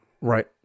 Right